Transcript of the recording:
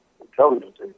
intelligence